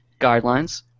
guidelines